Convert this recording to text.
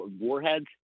Warheads